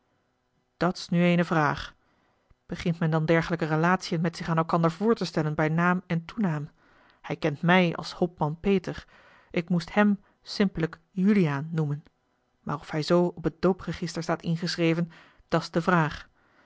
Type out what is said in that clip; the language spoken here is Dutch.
naam dat's nu eene vraag begint men dan dergelijke relatiën met zich aan elkander voor te stellen bij naam en toenaam hij kent mij als hopman peter ik moest hem simpellijk juliaan noemen maar of hij zoo op het doopregister staat ingeschreven dat's de vraag